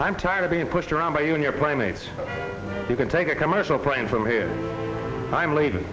i'm tired of being pushed around by you and your playmates you can take a commercial plane from here i'm